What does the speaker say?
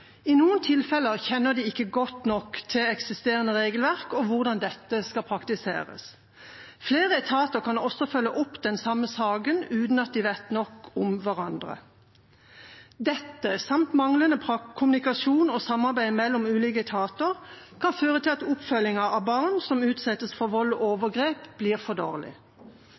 I noen tilfeller kjenner de ikke godt nok til eksisterende regelverk og hvordan dette skal praktiseres. Flere etater kan også følge opp den samme saken, uten at de vet nok om hverandre. Dette samt manglende kommunikasjon og samarbeid mellom ulike etater kan føre til at oppfølgingen av barn som utsettes for vold og overgrep, blir for dårlig,